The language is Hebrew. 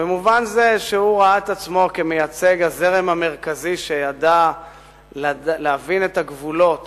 במובן זה שהוא ראה את עצמו כמייצג הזרם המרכזי שידע להבין את הגבולות